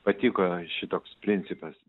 patiko šitoks principas